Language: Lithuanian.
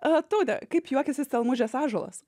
taute kaip juokiasi stelmužės ąžuolas